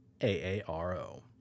AARO